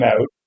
out